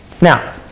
Now